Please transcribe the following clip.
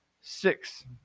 six